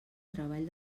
treball